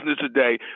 today